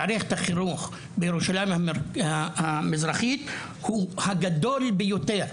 במערכת החינוך בירושלים המזרחית הוא הגדול ביותר,